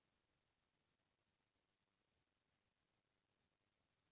ढेंकी हमर पुरखा के निसानी अउ चिन्हारी आय